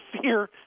fear